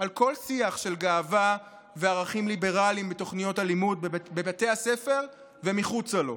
כל שיח של גאווה וערכים ליברליים בתוכניות הלימוד בבתי הספר ומחוצה לו.